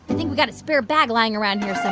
i think we've got a spare bag lying around here so